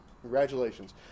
Congratulations